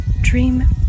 dream